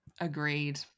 Agreed